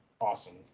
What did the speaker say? awesome